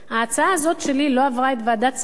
ההצעה הזאת שלי לא עברה את ועדת שרים,